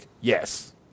yes